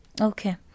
Okay